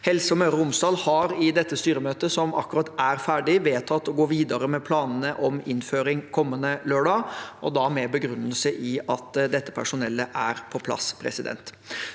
Helse Møre og Romsdal har i dette styremøtet, som akkurat er ferdig, vedtatt å gå videre med planene om innføring kommende lørdag, og da med begrunnelse i at dette personellet er på plass. Det